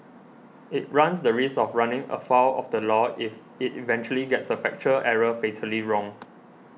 it runs the risk of running afoul of the law if it eventually gets a factual error fatally wrong